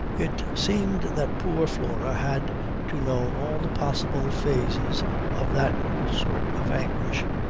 it seemed that poor flora had to know all the possible phases of that sort of anguish,